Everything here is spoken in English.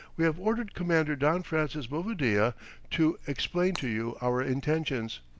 we have ordered commander don francis bovadilla to explain to you our intentions.